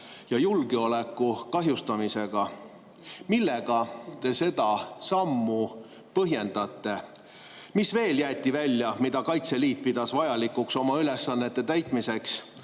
ja julgeoleku kahjustamisega. Millega te seda sammu põhjendate? Mis veel välja jäeti, mida Kaitseliit pidas oma ülesannete täitmiseks